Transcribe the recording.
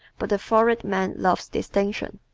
but the florid man loves distinction.